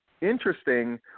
interesting